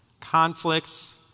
conflicts